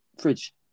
fridge